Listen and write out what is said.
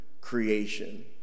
creation